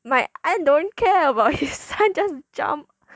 my aunt don't care about his son just jump